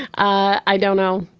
i don't know.